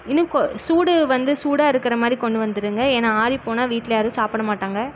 இன்னும் கொ சூடு வந்து சூடாக இருக்கிற மாதிரி கொண்டு வந்திருங்க ஏன்னா ஆறி போனால் வீட்டில் யாரும் சாப்பிட மாட்டாங்க